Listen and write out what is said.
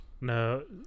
No